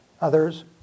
Others